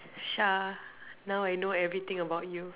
Shah now I know everything about you